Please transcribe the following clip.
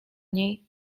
niej